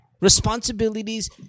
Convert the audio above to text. Responsibilities